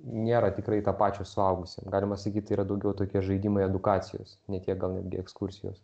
nėra tikrai tapačios suaugusiem galima sakyti yra daugiau tokie žaidimai edukacijos ne tiek gal netgi ekskursijos